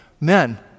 men